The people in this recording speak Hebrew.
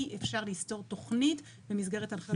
אי אפשר לסתור תוכנית במסגרת הנחיות מרחביות.